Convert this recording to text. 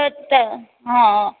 છતાં હા હ